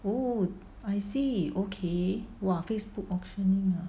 oh I see okay !wah! Facebook auctioning ah